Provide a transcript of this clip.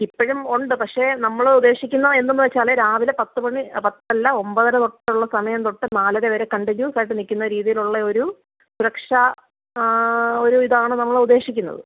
ഇപ്പോഴും ഉണ്ട് പക്ഷേ നമ്മൾ ഉദ്ദേശിക്കുന്നത് എന്തെന്ന് വെച്ചാൽ രാവിലെ പത്ത് മണി പത്തല്ല ഒമ്പതര തൊട്ടുള്ള സമയം തൊട്ട് നാലര വരെ കണ്ടിന്യൂസായിട്ട് നിൽക്കുന്ന രീതിയിലുള്ളയൊരു സുരക്ഷ ആ ഒരു ഇതാണ് നമ്മളുദ്ദേശിക്കുന്നത്